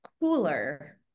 cooler